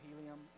helium